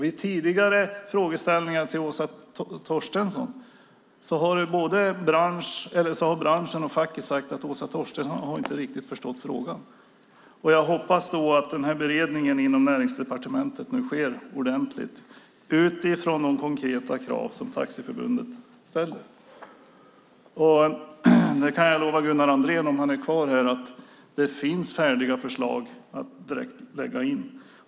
Vid tidigare frågor till Åsa Torstensson har branschen och facket sagt att Åsa Torstensson inte riktigt har förstått frågan. Jag hoppas då att beredningen inom Näringsdepartementet nu sker ordentligt utifrån de konkreta krav som Taxiförbundet ställer. Jag kan lova Gunnar Andrén, om han är kvar här, att det finns färdiga förslag att direkt lägga in.